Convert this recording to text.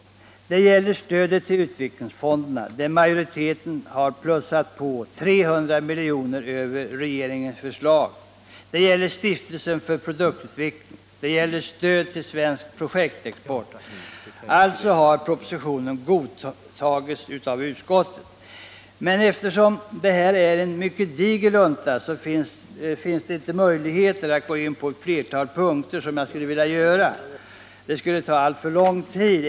Det gäller stödet till utvecklingsfonderna, där majoriteten har plussat på 300 milj.kr. på regeringens förslag, Stiftelsen för produktutveckling och stödet till Svensk projektexport. Eftersom betänkandet är en mycket diger lunta, finns det inte möjligheter att, vilket jag skulle vilja, gå in på ett flertal punkter.